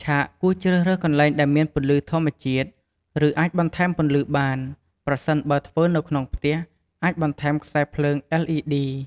ឆាកគួរជ្រើសកន្លែងដែលមានពន្លឺធម្មជាតិ ឬអាចបន្ថែមពន្លឺបាន ប្រសិនបើធ្វើនៅក្នុងផ្ទះ អាចបន្ថែមខ្សែភ្លើង LED ។